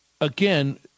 Again